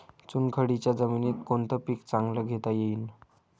चुनखडीच्या जमीनीत कोनतं पीक चांगलं घेता येईन?